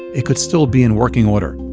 it could still be in working order